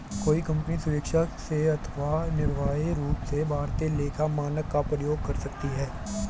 कोई कंपनी स्वेक्षा से अथवा अनिवार्य रूप से भारतीय लेखा मानक का प्रयोग कर सकती है